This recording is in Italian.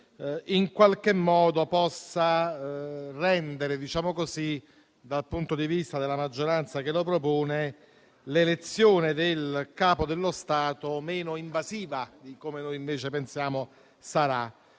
in qualche modo possa rendere - dal punto di vista della maggioranza che lo propone - l'elezione del Capo dello Stato meno invasiva di come noi invece pensiamo sarà.